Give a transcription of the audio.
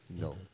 No